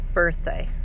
birthday